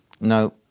No